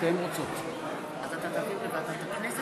שסיעת דגל התורה